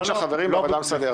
אני מאוד מקווה שלא.